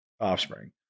offspring